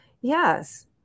Yes